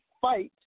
fight